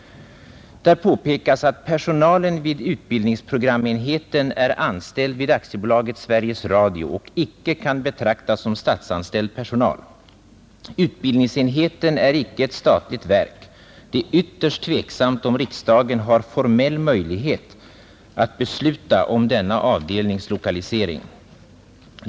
Där påpekas att personalen vid utbildningsprogramenheten är anställd vid Aktiebolaget Sveriges Radio och icke kan betraktas som statsanställd personal. Utbildningsenheten är icke ett statligt verk. Det är ytterst tveksamt om riksdagen har formell möjlighet att besluta om denna avdelnings lokalisering.